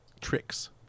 tricks